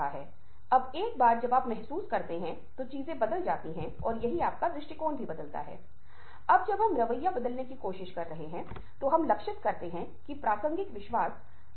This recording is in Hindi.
तो आप देखते हैं कि अभी भी आप मेरी बातों में से 'द' शब्द को ही सुन रहे हैं और इस बात ने आपका ध्यान भटका दिया है आपके सुनने को उस डिटेक्शन में डायवर्ट कर दिया गया है और हम कई चीजों को भूल रहे हैं